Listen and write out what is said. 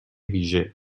ویژه